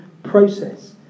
process